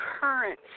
current